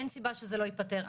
אין סיבה שזה לא ייפתר,